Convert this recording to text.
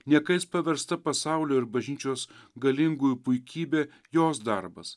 niekais paversta pasaulio ir bažnyčios galingųjų puikybė jos darbas